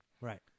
Right